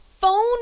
phone